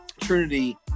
trinity